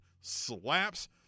slaps